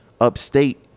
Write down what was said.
upstate